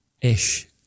Ish